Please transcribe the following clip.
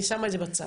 אני שמה את זה בצד,